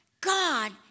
God